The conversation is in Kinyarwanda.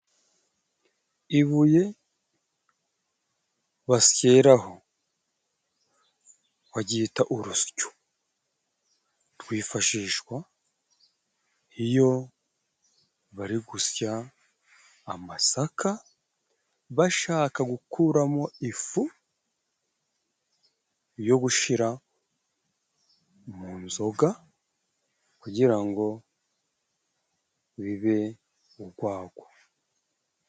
Ibuye basyeraho baryita urusyo, rwifashishwa iyo bari gusya amasaka bashaka gukuramo ifu yo gushyira mu nzoga, kugira ngo bibe urwagwa.